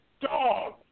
dog